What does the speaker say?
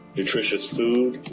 nutritious food,